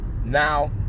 Now